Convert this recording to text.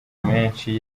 menshi